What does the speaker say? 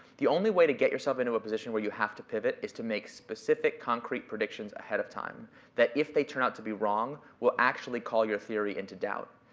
the only way to get yourself into a position where you have to pivot is to make specific, concrete predictions ahead of time that if they turn out to be wrong, will actually call your theory into doubt.